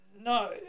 No